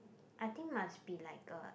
I think must be like a